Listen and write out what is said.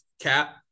CAP